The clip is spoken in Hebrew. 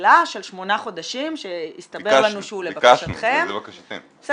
תחילה של שמונה חודשים שהסתבר לנו שהוא לבקשתכם -- ביקשנו,